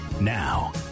Now